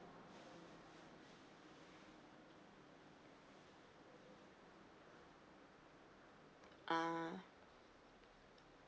ah